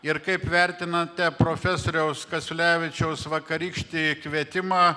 ir kaip vertinate profesoriaus kasiulevičiaus vakarykštį kvietimą